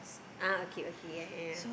ah okay okay yeah yeah